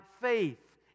faith